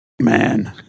Man